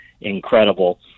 incredible